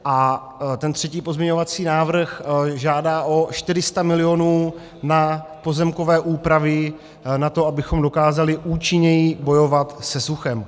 A ten třetí pozměňovací návrh žádá o 400 milionů na pozemkové úpravy na to, abychom dokázali účinněji bojovat se suchem.